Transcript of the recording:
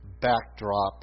backdrop